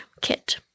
kit